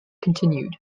continued